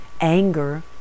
anger